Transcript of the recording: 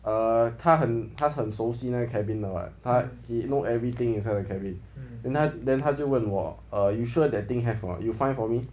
err 他很他很熟悉那个 cabin 的 [what] 他 he know everything inside the cabin then 他就问我 you sure that thing have or not you find for me